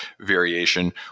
variation